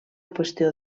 qüestió